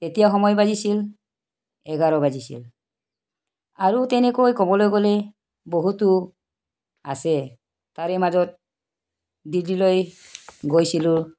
তেতিয়া সময় বাজিছিল এঘাৰ বাজিছিল আৰু তেনেকৈ ক'বলৈ গ'লে বহুতো আছে তাৰে মাজত দিল্লীলৈ গৈছিলোঁ